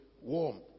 warm